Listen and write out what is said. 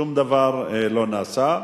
שום דבר לא נעשה.